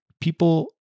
people